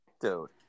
dude